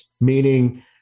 meaning